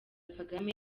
kagame